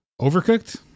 Overcooked